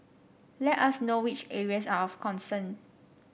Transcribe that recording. let us know which areas are of concern